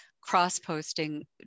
cross-posting